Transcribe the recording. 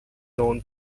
known